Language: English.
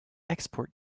export